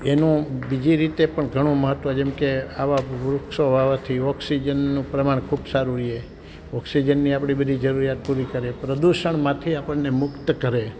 એનું બીજી રીતે પણ ઘણું મહત્વ જેમકે આવા વૃક્ષો વાવવાથી ઓક્સિજનનું પ્રમાણ ખૂબ સારું રીએ ઓક્સિજનની આપણી બધી જરૂરિયાત પૂરી કરે પ્રદૂષણમાંથી આપણને મુક્ત કરે